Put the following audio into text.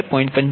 u